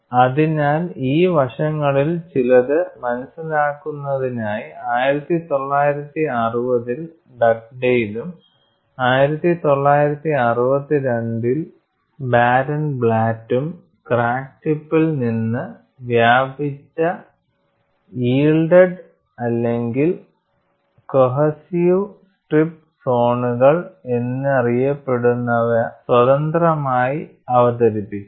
അതിനാൽ ഈ വശങ്ങളിൽ ചിലത് മനസ്സിലാക്കുന്നതിനായി 1960 ൽ ഡഗ്ഡെയ്ലും 1962 ൽ ബാരൻബ്ലാറ്റും ക്രാക്ക് ടിപ്പിൽ നിന്ന് വ്യാപിച്ച യിൽഡെഡ് അല്ലെങ്കിൽ കോഹെസിവ് സ്ട്രിപ്പ് സോണുകൾ എന്നറിയപ്പെടുന്നവ സ്വതന്ത്രമായി അവതരിപ്പിച്ചു